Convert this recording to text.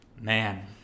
Man